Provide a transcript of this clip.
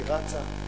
היא רצה,